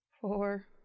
four